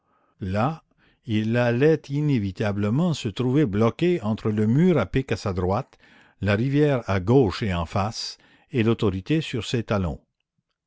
là il allait inévitablement se trouver bloqué entre le mur à pic à sa droite la rivière à gauche et en face et l'autorité sur ses talons